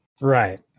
right